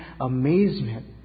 amazement